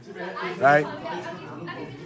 right